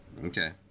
Okay